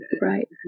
Right